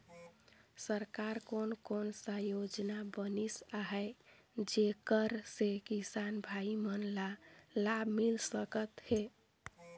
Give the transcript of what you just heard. सरकार कोन कोन सा योजना बनिस आहाय जेकर से किसान भाई मन ला लाभ मिल सकथ हे?